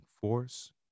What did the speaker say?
force